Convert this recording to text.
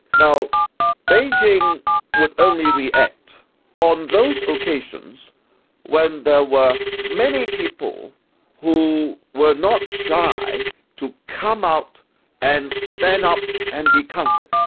now beijing would only react on those occasions when there were many people who were not shy to come up and stand up and be counted.